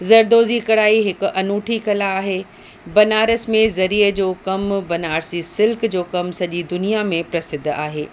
ज़रदोज़ी कढ़ाई हिकु अनूठी कला आहे बनारस में ज़रीअ जो कमु बनारसी सिल्क जो कमु सॼी दुनिया में प्रसिद्ध आहे